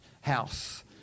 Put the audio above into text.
House